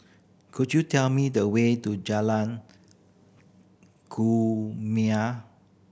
could you tell me the way to Jalan Kumia